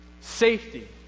safety